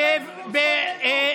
ארגון חוננו,